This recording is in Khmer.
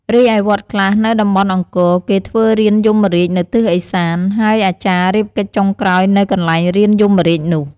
រីឯវត្តខ្លះនៅតំបន់អង្គរ គេធ្វើរានយមរាជនៅទិសឦសាន ហើយអាចារ្យរៀបកិច្ចចុងក្រោយនៅកន្លែងរានយមរាជនោះ។